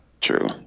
True